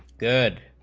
good